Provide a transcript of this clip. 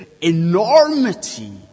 enormity